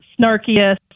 snarkiest